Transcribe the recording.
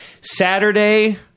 Saturday